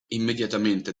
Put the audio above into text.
immediatamente